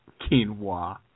Quinoa